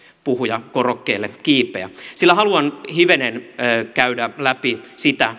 puhujakorokkeelle kiipeä sillä haluan hivenen käydä läpi sitä